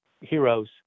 heroes